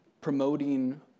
promoting